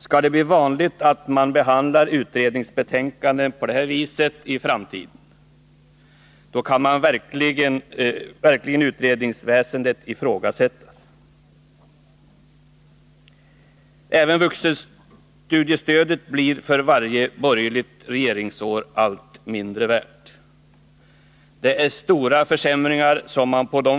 Skall det bli vanligt att man behandlar utredningsbetänkanden på det här viset i framtiden? I så fall kan utredningsväsendet verkligen ifrågasättas. Även vuxenstudiestödet blir för varje borgerligt regeringsår allt mindre värt. Det är stora försämringar som man har lyckats genomföra